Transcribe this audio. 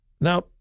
Now